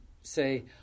say